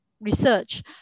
research